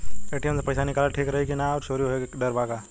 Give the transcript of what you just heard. ATM से पईसा निकालल ठीक रही की ना और चोरी होये के डर बा का?